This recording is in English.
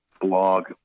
blog